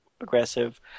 aggressive